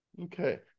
Okay